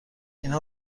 اینها